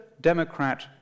Democrat